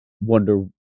wonder